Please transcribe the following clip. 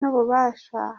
n’ububasha